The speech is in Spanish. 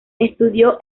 estudió